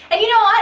and you know what,